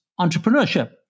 entrepreneurship